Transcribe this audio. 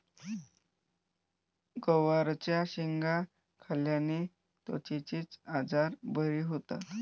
गवारच्या शेंगा खाल्ल्याने त्वचेचे आजार बरे होतात